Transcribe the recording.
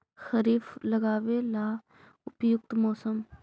खरिफ लगाबे ला उपयुकत मौसम?